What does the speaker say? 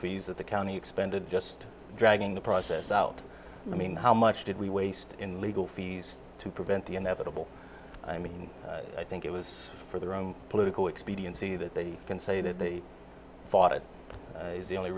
fees that the county expended just dragging the process out i mean how much did we waste in legal fees to prevent the inevitable i mean i think it was for their own political expediency that they can say they fought it the only